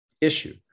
issue